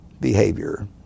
behavior